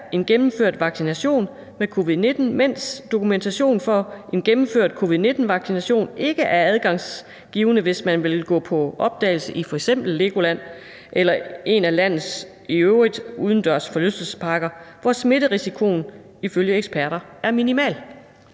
en gennemført vaccination mod covid-19, mens dokumentation for en gennemført covid-19-vaccination ikke er adgangsgivende, hvis man vil på opdagelse i f.eks. LEGOLAND eller en af landets øvrige udendørs forlystelsesparker, hvor smitterisikoen ifølge eksperter er minimal?